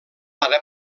ara